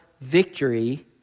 victory